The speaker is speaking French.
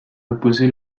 reposer